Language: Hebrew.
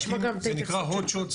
זה נקרא hot shots,